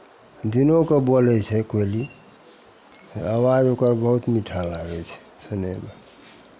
दिनोके बोलै छै कोयली आवाज ओकर बहुत मीठा लागै छै सुनयमे